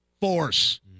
Force